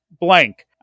blank